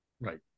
Right